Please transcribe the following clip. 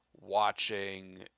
Watching